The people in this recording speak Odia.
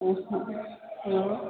ଓଃ ଆଉ